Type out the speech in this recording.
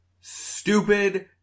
stupid